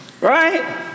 Right